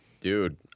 dude